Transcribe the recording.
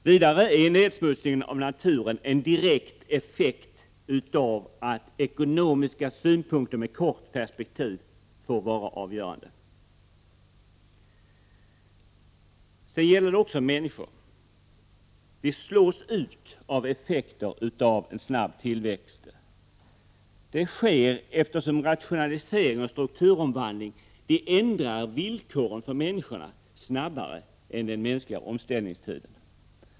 Vidare är nedsmutsningen av naturen en direkt effekt av att ekonomiska synpunkter med kort perspektiv får vara avgörande. Det gäller också människor. De slås ut av en snabb tillväxt. Detta sker eftersom rationalisering och strukturomvandling ändrar villkoren för människor på kortare tid än människan kräver för sin omställning.